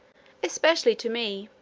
especially to me,